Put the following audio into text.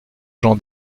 jean